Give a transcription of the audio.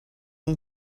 این